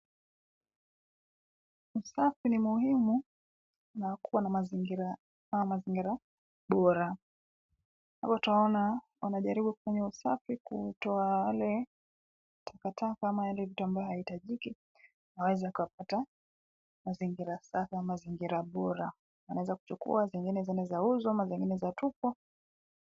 Usafi ni muhimu na kuwa na mazingira bora. Hapa twaona wanajaribu kufanya usafi kutoa yale takataka ama yale vitu ambayo haihitajiki. Waweza kapata mazingira safi ama mazingira bora wanaweza kuchukua zingine zinaweza uzwa ama zingine za tupwa.